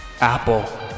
Apple